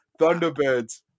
Thunderbirds